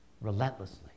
relentlessly